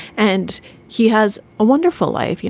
and he has a wonderful life. you